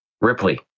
Ripley